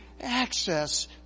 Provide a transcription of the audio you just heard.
access